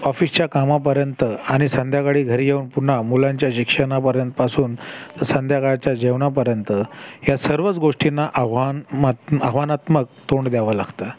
ऑफिसच्या कामापर्यंत आणि संध्याकाळी घरी येऊन पुन्हा मुलांच्या शिक्षणापरेंपासून संध्याकाळच्या जेवणापर्यंत ह्या सर्वच गोष्टींना आव्हान मत आव्हानात्मक तोंड द्यावं लागतं